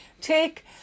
take